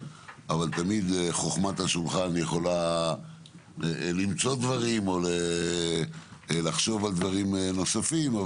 אבל חוכמת השולחן תמיד יכולה למצוא דברים או לחשוב על דברים נוספים,